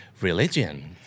religion